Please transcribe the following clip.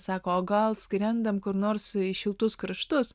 sako gal skrendam kur nors į šiltus kraštus